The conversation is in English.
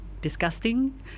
disgusting